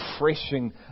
refreshing